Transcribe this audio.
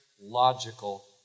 logical